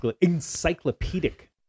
encyclopedic